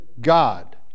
God